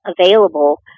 available